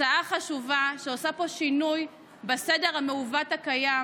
זו הצעה חשובה שעושה פה שינוי בסדר המעוות הקיים,